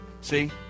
see